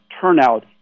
turnout